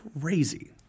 Crazy